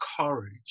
courage